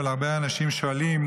אבל הרבה אנשים שואלים,